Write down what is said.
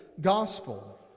Gospel